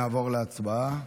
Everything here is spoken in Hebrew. נעבור להצבעה.